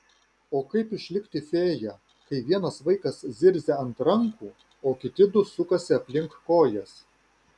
o kaip išlikti fėja kai vienas vaikas zirzia ant rankų o kiti du sukasi aplink kojas